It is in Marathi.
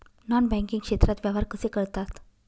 नॉन बँकिंग क्षेत्रात व्यवहार कसे करतात?